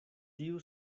tiu